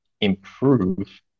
improve